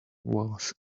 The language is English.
was